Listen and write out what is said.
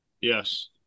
Yes